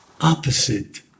opposite